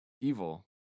evil